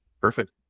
Perfect